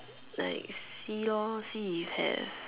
like see lor see if have